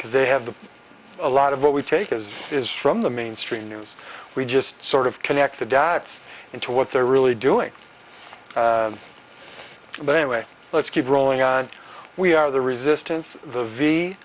because they have the a lot of what we take as is from the mainstream news we just sort of connect the dots into what they're really doing but anyway let's keep rolling on we are the resistance the v